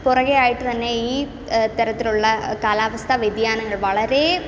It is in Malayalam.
പുറകെ ആയിട്ട് തന്നെ ഈ തരത്തിലുള്ള കാലാവസ്ഥ വ്യതിയാനങ്ങൾ വളരെ